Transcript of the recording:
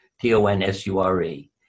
T-O-N-S-U-R-E